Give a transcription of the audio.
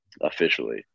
officially